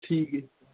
ਠੀਕ ਹੈ ਜੀ